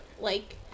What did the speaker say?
like-